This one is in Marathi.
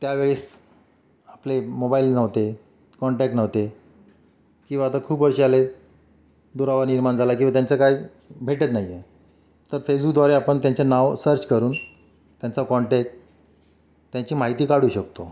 त्यावेळेस आपले मोबाईल नव्हते कॉन्टॅक्ट नव्हते किंवा आता खूप वर्षे आले दुरावा निर्माण झाला आहे किंवा त्यांचं काय भेटत नाही आहे तर फेसबुकद्वारे आपण त्यांचं नाव सर्च करून त्यांचा कॉन्टॅक्ट त्यांची माहिती काढू शकतो